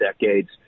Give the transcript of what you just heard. decades